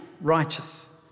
righteous